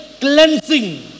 cleansing